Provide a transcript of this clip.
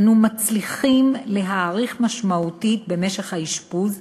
אנו מצליחים להאריך משמעותית את משך האשפוז,